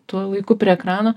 tuo laiku prie ekrano